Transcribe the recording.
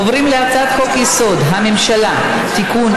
עוברים להצעת חוק-יסוד: הממשלה (תיקון,